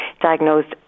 diagnosed